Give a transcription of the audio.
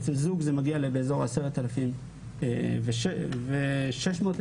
אצל זוג זה מגיע לכ-10,600 שקלים.